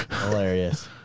Hilarious